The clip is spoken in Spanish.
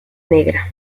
negra